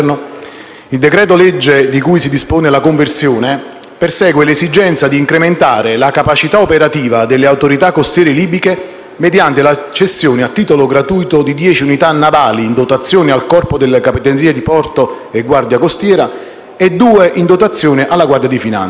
il decreto-legge di cui si dispone la conversione, persegue l'esigenza di incrementare la capacità operativa delle autorità costiere libiche mediante la cessione, a titolo gratuito, di dieci unità navali in dotazione al Corpo delle capitanerie di porto-Guardia costiera e due in dotazione alla Guardia di finanza,